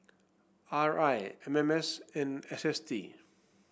R I M M S and S S T